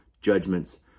judgments